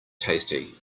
tasty